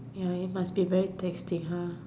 ya you must be taxing !huh!